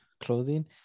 clothing